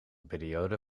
periode